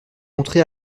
montré